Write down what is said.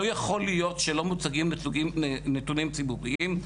לא יכול להיות שלא מוצגים נתונים ציבוריים,